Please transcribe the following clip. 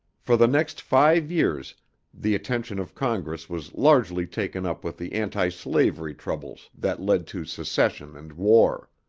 for the next five years the attention of congress was largely taken up with the anti-slavery troubles that led to secession and war.